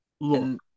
look